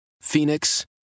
Phoenix